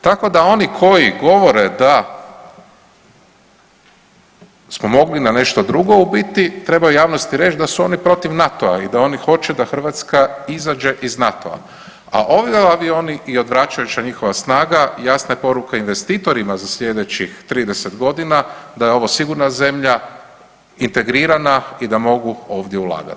Tako da oni koji govore da smo mogli na nešto drugo, u biti treba javnosti reći da su oni protiv NATO-a i da oni hoće da Hrvatska izađe iz NATO-a, a ovi avioni i odvračajuča njihova snaga jasna je poruka investitorima za sljedećih 30 godina da je ovo sigurna zemlja, integrirana i da mogu ovdje ulagat.